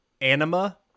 anima